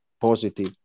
positive